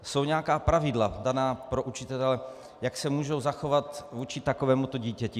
Jsou nějaká pravidla daná pro učitele, jak se můžou zachovat vůči takovémuto dítěti?